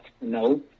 no